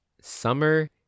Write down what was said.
summer